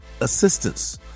assistance